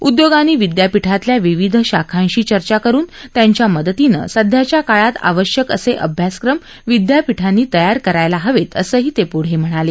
उद्योगांनी विद्यापीठातल्या विविध शाखांशी चर्चा करुन त्यांच्या मदतीन सध्याच्या काळात आवश्यक असे अभ्यासक्रम विद्यापीठांनी तयार करायला हवेत असंही ते पुढं म्हणाले